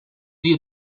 die